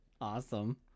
awesome